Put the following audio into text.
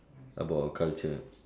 about a culture